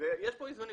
יש פה איזונים,